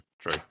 true